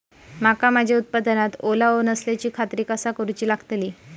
मका माझ्या उत्पादनात ओलावो नसल्याची खात्री कसा करुची लागतली?